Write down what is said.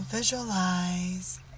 Visualize